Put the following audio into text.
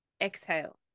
exhale